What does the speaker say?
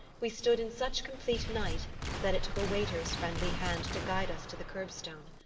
we stood in such complete night that it took a waiter's friendly hand to guide us to the curbstone.